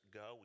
go